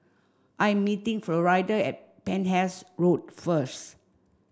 I am meeting Florida at Penhas Road first